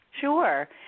Sure